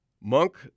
Monk